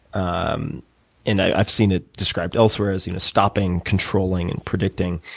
um and i've seen it described elsewhere as stopping, controlling and predicting.